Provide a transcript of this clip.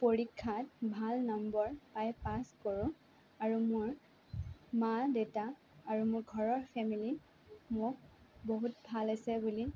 পৰীক্ষাত ভাল নম্বৰ পাই পাছ কৰোঁ আৰু মোৰ মা দেউতা আৰু মোৰ ঘৰৰ ফেমিলি মোক বহুত ভাল হৈছে বুলি